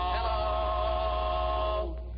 Hello